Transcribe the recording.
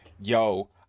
Yo